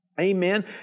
amen